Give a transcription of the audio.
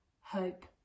hope